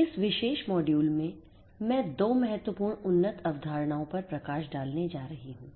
इस विशेष मॉड्यूल में मैं 2 महत्वपूर्ण उन्नत अवधारणाओं पर प्रकाश डालने जा रही हूं